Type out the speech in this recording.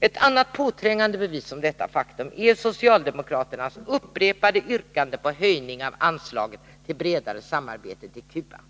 Ett annat påträngande bevis för detta faktum är socialdemokraternas upprepade yrkande på höjning av anslaget till bredare samarbete med Cuba.